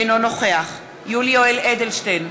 אינו נוכח יולי יואל אדלשטיין,